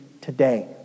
today